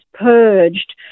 purged